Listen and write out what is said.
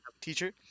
teacher